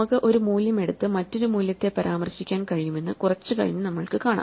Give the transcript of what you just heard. നമുക്ക് ഒരു മൂല്യം എടുത്ത് മറ്റൊരു മൂല്യത്തെ പരാമർശിക്കാൻ കഴിയുമെന്ന് കുറച്ച് കഴിഞ്ഞ് നമുക്ക് കാണാം